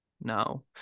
no